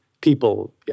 people